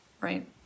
right